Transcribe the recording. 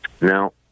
Now